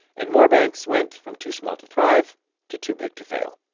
and more banks went from too small to thrive to too big to fail.